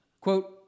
quote